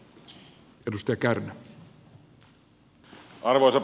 arvoisa puhemies